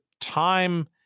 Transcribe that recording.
time